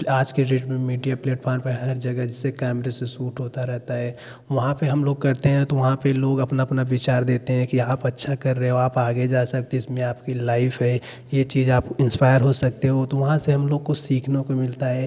आज के डेट में मीडिया प्लेटफॉर्म पर हर जगह जैसे कैमरे से सूट होता रहता है वहाँ पर हम लोग करते हैं तो वहाँ पर लोग अपना अपना विचार देते हैं कि आप अच्छा कर रहे हो आप आगे जा सकते हो इसमें आप के लाइफ है यह चीज़ आप इंस्पायर हो सकते हो तो वहाँ से हम लोग को सीखने को मिलता है